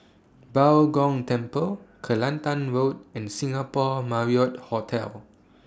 Bao Gong Temple Kelantan Road and Singapore Marriott Hotel